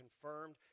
confirmed